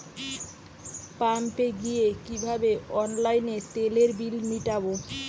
পাম্পে গিয়ে কিভাবে অনলাইনে তেলের বিল মিটাব?